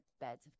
beds